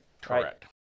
Correct